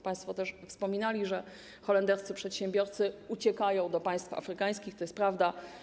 Państwo też wspominali, że holenderscy przedsiębiorcy uciekają do państw afrykańskich, to jest prawda.